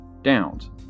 downs